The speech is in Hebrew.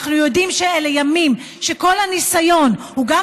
אנחנו יודעים שאלה ימים שהניסיון הוא גם